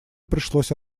пришлось